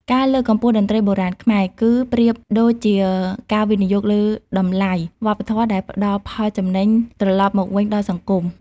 ការលើកកម្ពស់តន្ត្រីបុរាណខ្មែរ គឺប្រៀបដូចជាការវិនិយោគលើតម្លៃវប្បធម៌ដែលផ្ដល់ផលចំណេញត្រឡប់មកវិញដល់សង្គម។